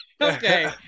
okay